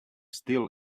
still